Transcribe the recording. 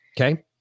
okay